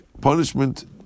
punishment